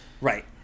Right